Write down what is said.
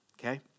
okay